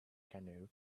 canoe